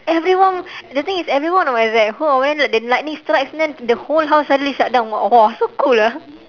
everyone the thing is everyone was at home then the lightning strikes then the whole house suddenly shut down !wah! so cool ah